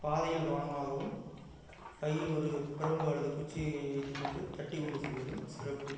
பாதையில் கவனமாகவும் கையில் ஒரு பிரம்பு அல்லது குச்சியை வைத்துக்கொண்டு தட்டிக்கொண்டு செல்வதும் சிறப்பு